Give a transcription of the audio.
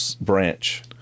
branch